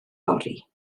fory